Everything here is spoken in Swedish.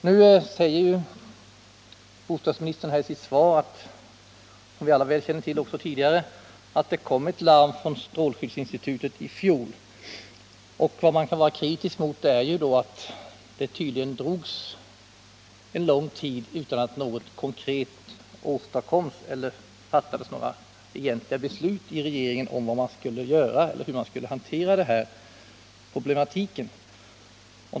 Nu säger bostadsministern i sitt svar att — vilket vi alla känner väl till tidigare — det kom ett larm från strålskyddsinstitutet i fjol. Vad man kan vara kritisk mot är att larmrapporten inte lett till att något konkret åstadkommits eller till att några egentliga beslut fattats av regeringen om hur man skulle hantera den här problematiken.